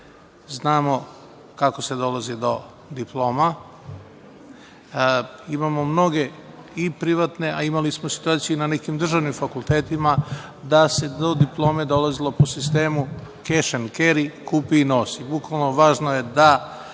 kako se dolazi do diploma. Imamo mnogo i privatne, a imali smo situaciju i na nekim državnim fakultetima da se do diplome dolazilo po sistemu "cash and carry" - kupi i nosi. Bukvalno, važno je da